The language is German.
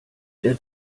der